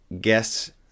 Guess